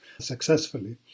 successfully